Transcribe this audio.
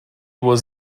was